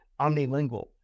Omnilingual